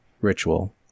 ritual